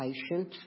patient